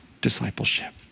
discipleship